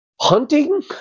Hunting